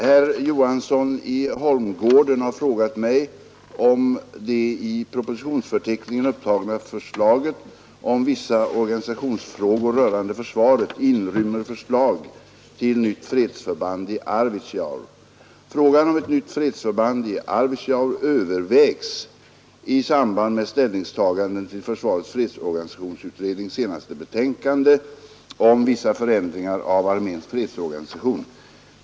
Herr talman! Herr Johansson i Holmgården har frågat mig om det i propositionsförteckningen upptagna förslaget om ”Vissa organisationsfrågor rörande försvaret” inrymmer förslag till nytt fredsförband i Arvidsjaur. Frågan om ett nytt fredsförband i Arvidsjaur övervägs i samband med ställningstaganden till försvarets fredsorganisationsutrednings senaste betänkande om vissa förändringar av arméns fredsorganisation.